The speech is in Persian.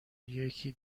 یکی